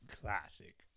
Classic